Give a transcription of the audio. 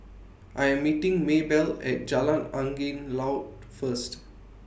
I'm meeting Maybelle At Jalan Angin Laut First